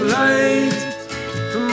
light